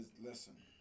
Listen